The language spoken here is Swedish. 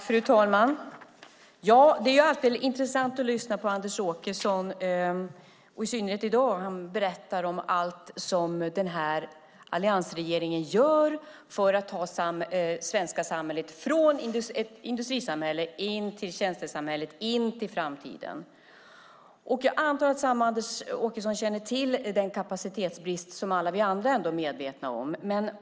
Fru talman! Det är alltid intressant att lyssna på Anders Åkesson och i synnerhet i dag när han berättar om allt som alliansregeringen gör för att ta Sverige från ett industrisamhälle till ett tjänstesamhälle och framtiden. Jag antar att Anders Åkesson känner till den kapacitetsbrist som alla vi andra är medvetna om.